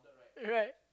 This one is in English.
right